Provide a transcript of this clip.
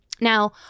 Now